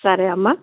సరేమ్మా